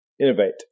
innovate